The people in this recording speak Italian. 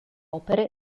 opere